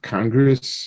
Congress